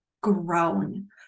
grown